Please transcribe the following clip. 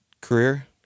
career